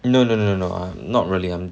no no no no no I'm not really I'm